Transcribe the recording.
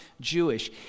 Jewish